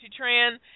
Tran